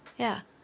ya